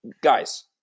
guys